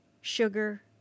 sugar